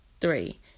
three